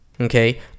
okay